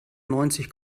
neunzig